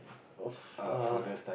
of err